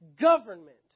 government